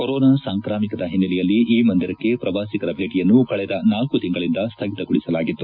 corona ಸಾಂಕ್ರಾಮಿಕದ ಹಿನ್ನೆಲೆಯಲ್ಲಿ ಈ ಮಂದಿರಕ್ಕೆ ಪ್ರವಾಸಿಗರ ಭೇಟಿಯನ್ನು ಕಳೆದ ನಾಲ್ಲು ತಿಂಗಳಿಂದ ಸ್ಥಗಿತಗೊಳಿಸಲಾಗಿತ್ತು